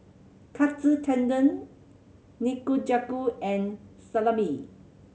Katsu Tendon Nikujaga and Salami